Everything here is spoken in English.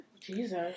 jesus